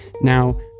Now